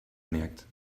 merkt